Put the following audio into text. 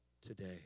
today